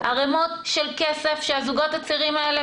זה ערימות של כסף שהזוגות הצעירים האלה,